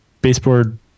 baseboard